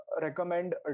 recommend